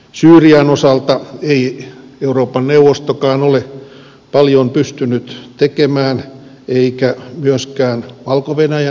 syyrian osalta ei euroopan neuvostokaan ole paljon pystynyt tekemään eikä myöskään valko venäjän osalta